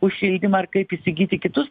už šildymą ar kaip įsigyti kitus